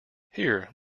here